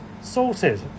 Sorted